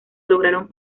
lograron